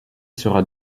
sera